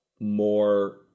more